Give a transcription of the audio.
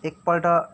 एकपल्ट